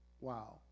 wow